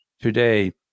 today